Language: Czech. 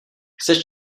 chceš